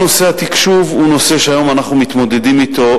התקשוב הוא נושא שהיום אנחנו מתמודדים אתו,